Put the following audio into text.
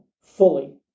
fully